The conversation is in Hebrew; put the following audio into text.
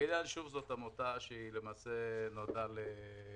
מגיני ינשוף זה עמותה שנועדה לתת